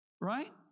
right